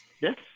Yes